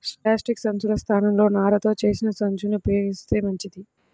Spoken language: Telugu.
ప్లాస్టిక్ సంచుల స్థానంలో నారతో చేసిన సంచుల్ని ఉపయోగిత్తే మంచిది